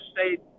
State